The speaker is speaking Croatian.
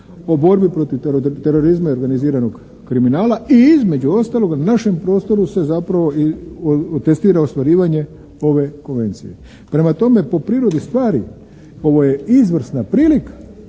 o borbi protiv terorizma i organiziranog kriminala i između ostaloga našem prostoru se zapravo i testira ostvarivanje ove Konvencije. Prema tome po prirodi stvari ovo je izvrsna prilika